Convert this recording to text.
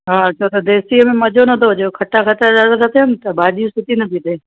हा छो त देसीअ में मजो नथो अचे हो खट्टा खट्टा था थियनि त भाॼी सुठी नथी ठहे